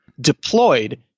deployed